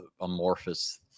amorphous